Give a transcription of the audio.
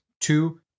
Two